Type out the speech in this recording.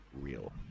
real